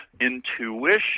intuition